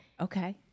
Okay